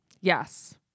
Yes